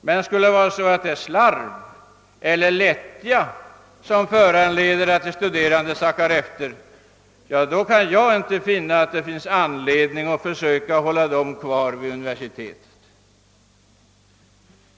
Men skulle det visa sig att det är slarv eller lättja som föranleder att studerande sackar efter, kan jag inte finna, att det finns anledning att försöka hålla dem kvar vid universiteten.